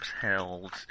held